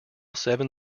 seven